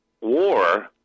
war